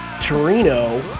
Torino